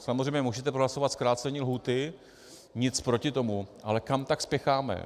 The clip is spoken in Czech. Samozřejmě můžete prohlasovat zkrácení lhůty, nic proti tomu, ale kam tak spěcháme?